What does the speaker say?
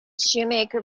shoemaker